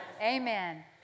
Amen